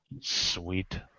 Sweet